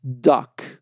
Duck